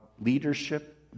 leadership